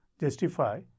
justify